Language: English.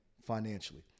financially